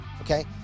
okay